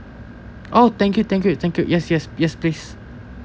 oh thank you thank you thank you yes yes yes please